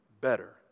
better